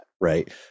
right